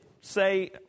say